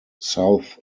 south